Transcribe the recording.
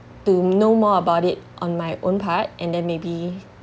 to know more about it on my own part and then maybe